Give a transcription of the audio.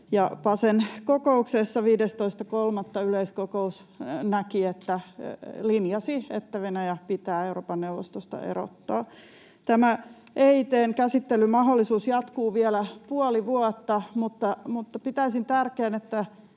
PACEn kokouksessa 15.3. yleiskokous näki ja linjasi, että Venäjä pitää Euroopan neuvostosta erottaa. EIT:n käsittelyn mahdollisuus jatkuu vielä puoli vuotta. Pitäisin tärkeänä, että